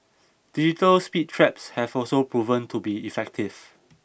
digital speed traps have also proven to be effective